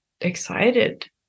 excited